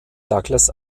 douglas